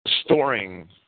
storing